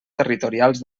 territorials